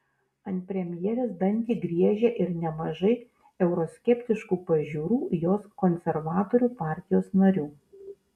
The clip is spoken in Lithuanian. ant premjerės dantį griežia ir nemažai euroskeptiškų pažiūrų jos konservatorių partijos narių